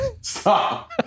Stop